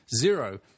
zero